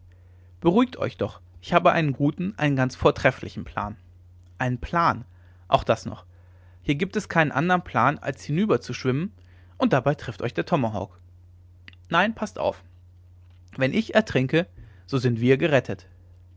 beruhigt euch doch ich habe einen guten einen ganz vortrefflichen plan einen plan auch das noch hier gibt es keinen andern plan als hinüber zu schwimmen und dabei trifft euch der tomahawk nein paßt auf wenn ich ertrinke so sind wir gerettet